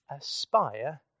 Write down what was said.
aspire